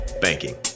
banking